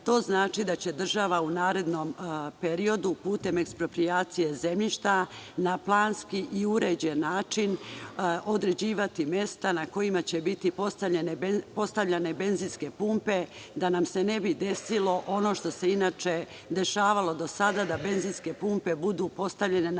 To znači da će država u narednom periodu putem eksproprijacije zemljišta, na planski i uređen način određivati mesta na kojima će biti postavljene benzinske pumpe, da nam se ne bi desilo ono što se inače dešavalo do sada, da benzinske pumpe budu postavljene na